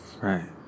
right